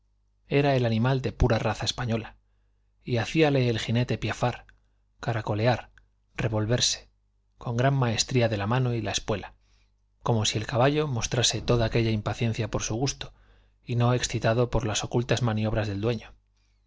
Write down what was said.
era el animal de pura raza española y hacíale el jinete piafar caracolear revolverse con gran maestría de la mano y la espuela como si el caballo mostrase toda aquella impaciencia por su gusto y no excitado por las ocultas maniobras del dueño